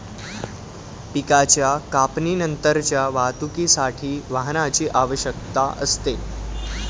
पिकाच्या कापणीनंतरच्या वाहतुकीसाठी वाहनाची आवश्यकता असते